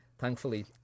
Thankfully